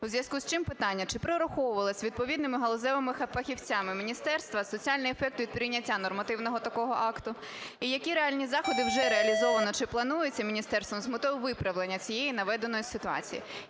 У зв'язку з чим питання: чи прораховувався відповідними галузевими фахівцями міністерства соціальний ефект від прийняття нормативного такого акту? І які реальні заходи вже реалізовано, чи плануються міністерством з метою виправлення цієї наведеної ситуації?